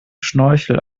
schnorchel